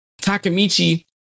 Takamichi